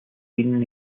been